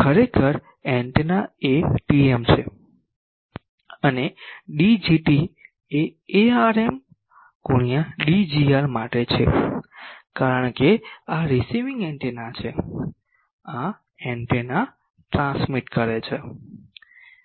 ખરેખર antenna Atm છે અને Dgt એ Arm Dgr માટે છે કારણ કે આ રીસીવિંગ એન્ટેના છે આ એન્ટેના ટ્રાન્સમિટ કરે છે